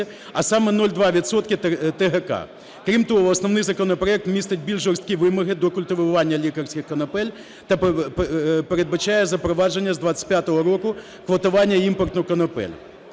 а саме 0,2 відсотка ТГК. Крім того, основний законопроект містить більш жорсткі вимоги до культивування лікарських конопель та передбачає запровадження з 25-го року квотування імпорту конопель.